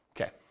Okay